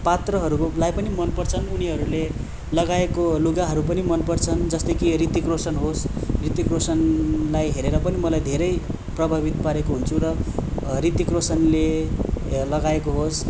पात्रहरूलाई पनि मन पर्छन् उनीहरूले लगाएको लुगाहरू पनि मन पर्छन् जस्तो कि ऋतिक रोसन होस् ऋतिक रोसनलाई हेरेर पनि मलाई धेरै प्रभावित पारेको हुन्छ र ऋतिक रोसनले लगाएको होस्